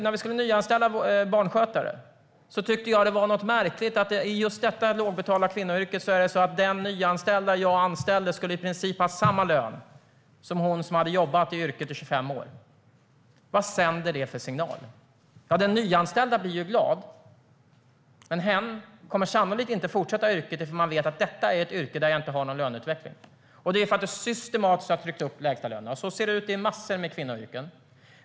När vi skulle nyanställa barnskötare tyckte jag att det var märkligt att det i detta lågbetalda kvinnoyrke är så att den nyanställda som jag anställde i princip skulle ha samma lön som hon som hade jobbat i yrket i 25 år. Vad sänder det för signal? Ja, den nyanställda blir ju glad. Men hen kommer sannolikt inte att fortsätta i yrket eftersom hen vet att det är ett yrke där det inte finns någon löneutveckling. Det är därför att man systematiskt har tryckt upp lägstalönerna. Så ser det ut i massor av kvinnoyrken.